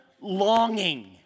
Longing